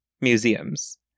museums